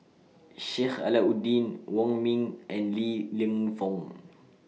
Sheik Alau'ddin Wong Ming and Li Lienfung